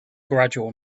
gradual